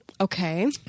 Okay